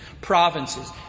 provinces